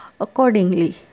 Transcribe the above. accordingly